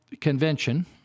Convention